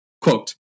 Quote